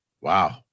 Wow